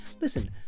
Listen